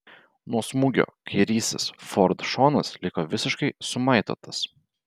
nuo smūgio kairysis ford šonas liko visiškai sumaitotas